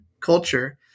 culture